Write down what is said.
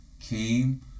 came